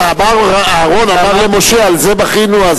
אהרן אמר למשה: על זה בכינו.